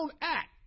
act